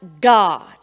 God